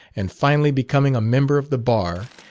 and finally becoming a member of the bar,